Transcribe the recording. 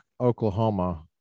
Oklahoma